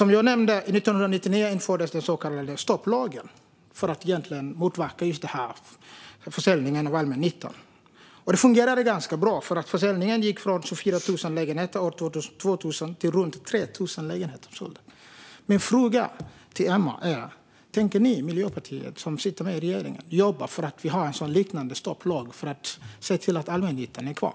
Som jag nämnde infördes 1999 den så kallade stopplagen för att motverka försäljningen av allmännyttan. Det fungerade ganska bra, för försäljningen gick från 24 000 lägenheter år 2000 till runt 3 000 lägenheter. Min fråga till Emma är: Tänker ni i Miljöpartiet, som sitter med i regeringen, jobba för en liknande stopplag för att se till att allmännyttan finns kvar?